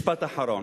משפט אחרון,